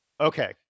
Okay